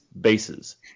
bases